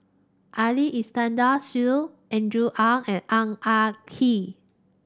Ali Iskandar Shah Andrew Ang and Ang Ah Tee